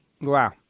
Wow